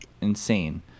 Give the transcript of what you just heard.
insane